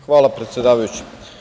Hvala, predsedavajući.